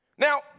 Now